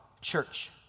church